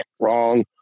wrong